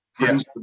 Yes